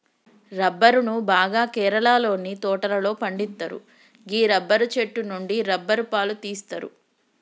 రబ్బరును బాగా కేరళలోని తోటలలో పండిత్తరు గీ రబ్బరు చెట్టు నుండి రబ్బరు పాలు తీస్తరు